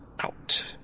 out